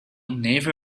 never